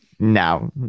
No